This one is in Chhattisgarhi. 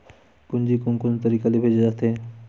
पूंजी कोन कोन तरीका ले भेजे जाथे?